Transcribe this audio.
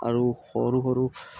আৰু সৰু সৰু